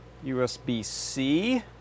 USB-C